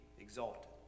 exalted